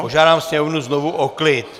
Požádám sněmovnu znovu o klid!